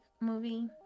movie